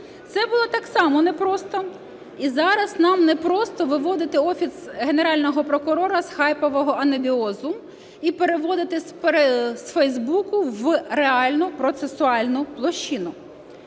Це було так само непросто. І зараз нам непросто виводити Офіс Генерального прокурора з хайпового анабіозу і переводити з Facebook в реальну процесуальну площину.